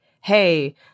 hey